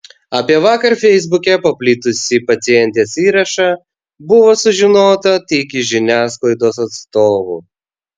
apie vakar feisbuke paplitusį pacientės įrašą buvo sužinota tik iš žiniasklaidos atstovų